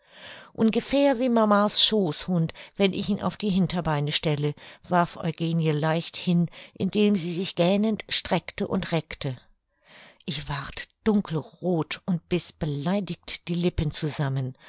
ungefähr wie mama's schooßhund wenn ich ihn auf die hinterbeine stelle warf eugenie leicht hin indem sie sich gähnend streckte und reckte ich ward dunkelroth und biß beleidigt die lippen zusammen